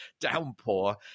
downpour